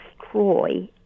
destroy